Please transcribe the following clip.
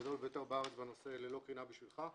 הגדול ביותר בארץ בנושא שנקרא "ללא קרינה בשבילך".